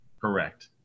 Correct